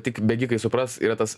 tik bėgikai supras yra tas